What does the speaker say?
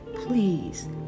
Please